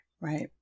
Right